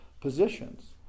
positions